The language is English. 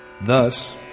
Thus